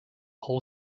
whole